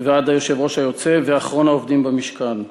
ועד היושב-ראש היוצא ואחרון העובדים במשכן.